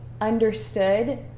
understood